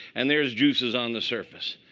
and there's juices on the surface.